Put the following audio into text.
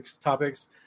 topics